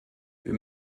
wir